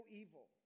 evil